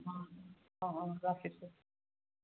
অঁ অঁ ৰাখিছোঁ